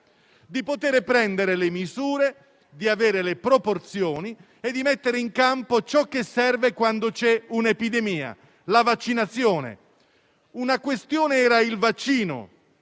di funzionare, prendere le misure, avere le proporzioni e mettere in campo ciò che serve quando c'è un'epidemia: la vaccinazione. Una questione era il vaccino;